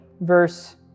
verse